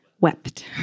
wept